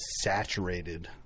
saturated